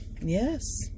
yes